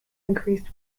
increased